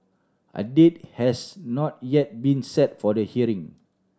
a date has not yet been set for the hearing